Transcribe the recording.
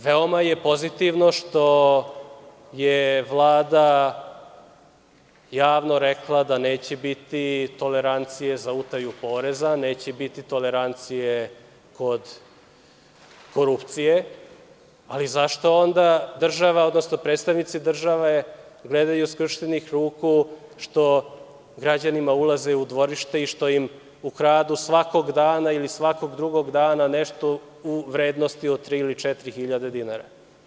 Veoma je pozitivno što je Vlada javno rekla da neće biti tolerancije za utaju poreza, neće biti tolerancije za kod korupcije, ali zašto onda država, odnosno predstavnici države gledaju skrštenih ruku što građanima ulaze u dvorište i što im ukradu svakog dana ili svakog drugog dana nešto u vrednosti od 3.000 ili 4.000 dinara.